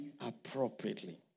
appropriately